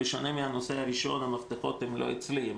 בשונה מהנושא הראשון המפתחות הם לא אצלי,